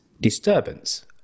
disturbance